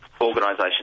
organisation